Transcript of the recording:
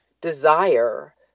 desire